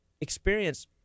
experience